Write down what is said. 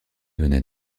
venait